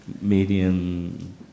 medium